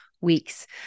weeks